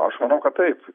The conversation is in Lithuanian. aš manau kad taip